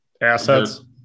assets